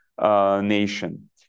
Nation